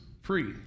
free